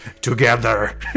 together